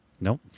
Nope